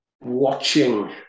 watching